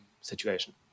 situation